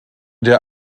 der